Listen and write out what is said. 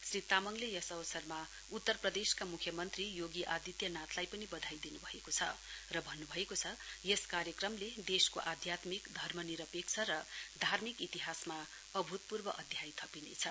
श्री तामाङले यस अवसरमा उत्तर प्रदेशका मुख्यमन्त्री योगी आदित्यनाथलाई पनि बधाई दिनु भएको छ र भन्नु भएको छ यस कार्यक्रमले देशको आध्यात्मिक धर्मनिरपेक्ष र धार्मिक इतिहासमा अभूतपूर्व अध्याय जोडिनेछ